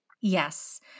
Yes